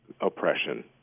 oppression